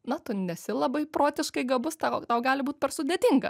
na tu nesi labai protiškai gabus tau tau gali būt per sudėtinga